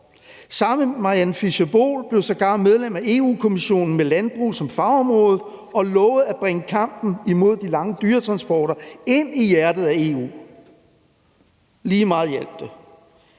Samme Mariann Fischer Boel blev sågar medlem af Europa-Kommissionen med landbrug som fagområde og lovede at bringe kampen imod de lange dyretransporter ind i hjertet af EU. Lige meget hjalp det.